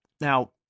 Now